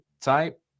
type